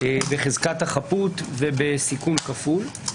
בחזקת החפות ובסיכון כפול.